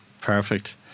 Perfect